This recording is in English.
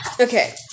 Okay